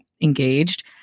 engaged